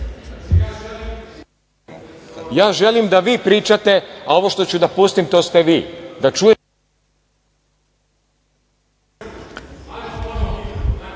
Ja želim da vi pričate, a ovo što ću da pustim, to ste vi, da čuju..